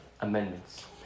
Amendments